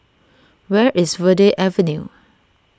where is Verde Avenue